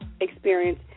experience